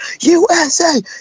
USA